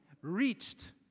reached